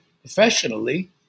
professionally